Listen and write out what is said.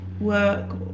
work